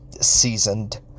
seasoned